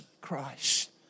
Christ